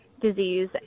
disease